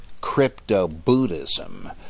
crypto-Buddhism